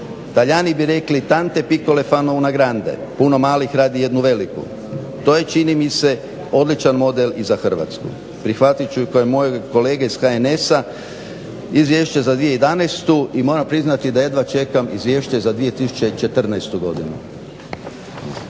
Talijani bi rekli … /Govornik čita na talijanskom./ … puno malih radi jednu veliku. To je čini mi se odličan model i za Hrvatsku. prihvatit ću kao i moje kolega iz HNS-a izvješće za 2011. I moram priznati da jedva čekam izvješće za 2014.godinu.